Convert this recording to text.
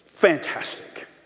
fantastic